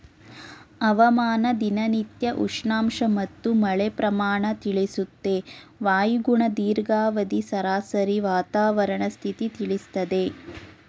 ಹವಾಮಾನ ದಿನನಿತ್ಯ ಉಷ್ಣಾಂಶ ಮತ್ತು ಮಳೆ ಪ್ರಮಾಣ ತಿಳಿಸುತ್ತೆ ವಾಯುಗುಣ ದೀರ್ಘಾವಧಿ ಸರಾಸರಿ ವಾತಾವರಣ ಸ್ಥಿತಿ ತಿಳಿಸ್ತದೆ